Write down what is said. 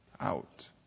out